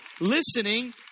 listening